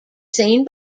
seen